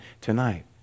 tonight